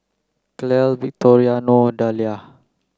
Clell Victoriano Dalia